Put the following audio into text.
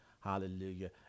hallelujah